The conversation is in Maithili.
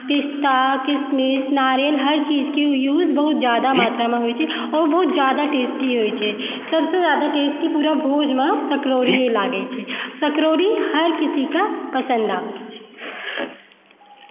पिस्ता किशमिश नारियल हर चीजके यूज बहुत जादा मात्रमे होइ छै आओर ओ बहुत जादा टेस्टी होइ छै सबसँ जादा टेस्टी पूरा भोजमे सकड़ौरीये लागै छै सकड़ौरी हर किसी कए पसन्द आबै छै